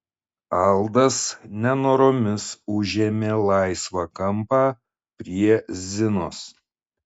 aldas nenoromis užėmė laisvą kampą prie zinos